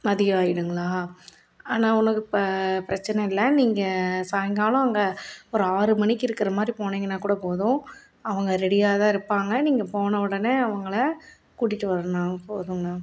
மதியம் ஆயிடுங்களா அண்ணா உனக்கு இப்போ பிரச்சனை இல்லை நீங்கள் சாயங்காலம் அங்கே ஒரு ஆறு மணிக்கு இருக்கிறமாரி போனீங்கன்னால் கூட போதும் அவங்க ரெடியாகதான் இருப்பாங்க நீங்கள் போனவுடனே அவங்கள கூட்டிகிட்டு வரணும் போதுங்கண்ணா